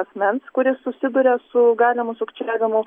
asmens kuris susiduria su galimu sukčiavimu